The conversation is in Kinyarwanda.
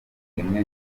imwe